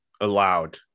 allowed